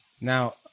Now